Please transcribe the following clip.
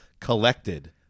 Collected